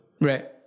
right